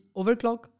overclock